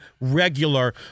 regular